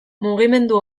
mugimendu